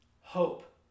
hope